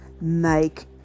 make